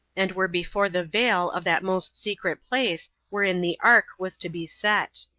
and were before the veil of that most secret place wherein the ark was to be set.